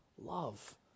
love